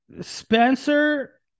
Spencer